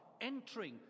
entering